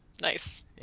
Nice